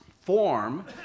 form